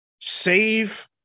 save